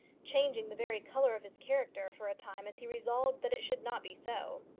changing the very colour of his character for a time as he resolved that it should not be so.